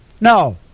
No